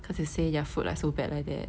cause you say their food like so bad like that